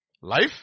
life